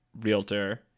realtor